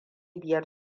biyar